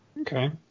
Okay